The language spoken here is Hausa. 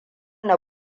na